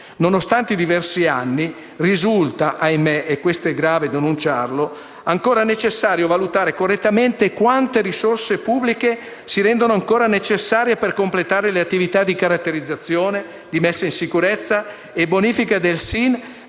Nonostante i diversi anni, risulta ancora necessario - ahimè e questo è grave denunciarlo - valutare correttamente quante risorse pubbliche si rendono ancora necessarie per completare le attività di caratterizzazione, di messa in sicurezza e bonifica del SIN,